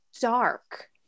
dark